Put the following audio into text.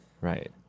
Right